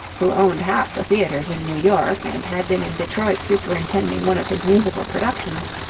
who owned half the theatres in new york and had been in detroit superintending one of his musical productions,